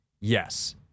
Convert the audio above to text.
Yes